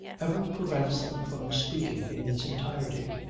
ever prevents them from speaking in its entirety.